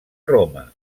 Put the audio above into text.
roma